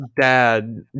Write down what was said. dad